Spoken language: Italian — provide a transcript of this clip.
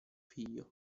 figlio